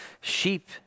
sheep